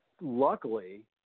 luckily